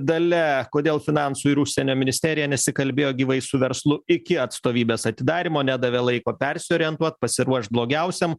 dalia kodėl finansų ir užsienio ministerija nesikalbėjo gyvai su verslu iki atstovybės atidarymo nedavė laiko persiorientuot pasiruošt blogiausiam